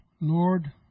Lord